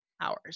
hours